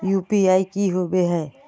UPI की होबे है?